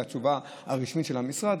לתשובה הרשמית של המשרד,